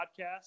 podcast